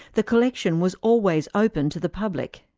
the collection was always open to the public.